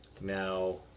Now